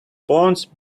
bones